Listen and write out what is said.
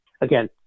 again